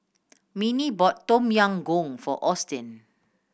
Minnie bought Tom Yam Goong for Austin